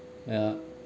ya